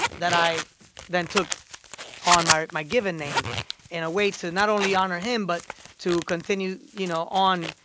that i then took on my my given name in a way to not only honor him but to continue, you know, on.